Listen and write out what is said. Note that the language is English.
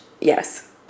yes